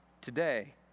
today